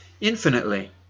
infinitely